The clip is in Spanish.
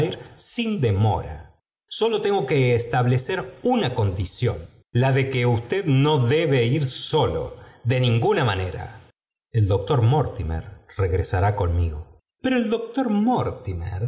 sm demora sólo tengo que establecer una condición la de que usted no debe ir solo de ninguna manera el doctor mortimer regresará conmigo pero el doctor